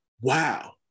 wow